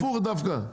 הפוך, דווקא?